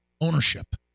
ownership